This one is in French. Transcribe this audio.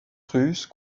russe